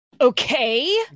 Okay